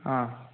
हां